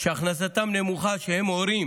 שהכנסתם נמוכה, שהם הורים